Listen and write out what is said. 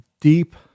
deep